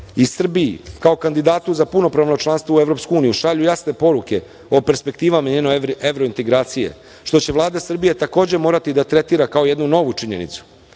i Srbiji kao kandidatu za punopravno članstvo u EU šalju jasne poruke o perspektivama i njene evrointegracije, što će Vlada Srbije takođe morati da tretira kao jednu novinu činjenicu. Mi